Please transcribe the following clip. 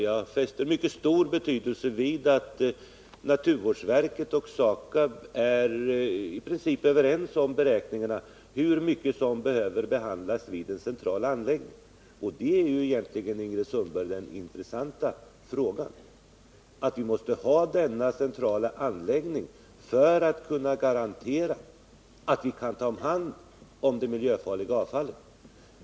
Jag fäster mycket stor vikt vid att naturvårdsverket och SAKAB i princip är överens om hur mycket som behöver behandlas vid en central anläggning. Detta, fru Sundberg, är ju egentligen det intressanta: att vi måste ha denna centrala anläggning för att kunna garantera att vi kan ta hand om det miljöfarliga avfallet.